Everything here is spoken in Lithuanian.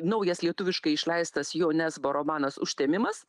naujas lietuviškai išleistas jo nesbo romanas užtemimas